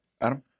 Adam